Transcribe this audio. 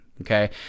Okay